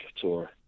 tour